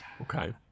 Okay